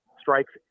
strikes